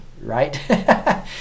right